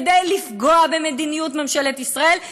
כדי לפגוע במדיניות ממשלת ישראל,